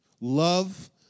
Love